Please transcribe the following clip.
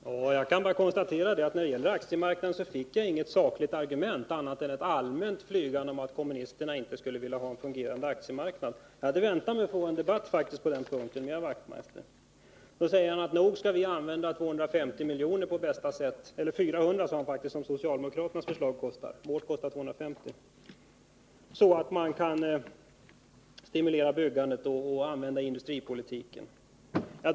Herr talman! Jag kan bara konstatera att jag när det gäller aktiemarknaden inte bemöttes med något sakligt argument, bara ett allmänt påstående om att kommunisterna inte skulle vilja ha en fungerande aktiemarknad. Jag hade faktiskt väntat mig att få en debatt med herr Wachtmeister på den punkten. Han sade också att man nog på bästa sätt skulle använda de 400 miljoner som socialdemokraternas förslag kostar — vårt kostar 250 miljoner — till att stimulera byggandet och sysselsättningen.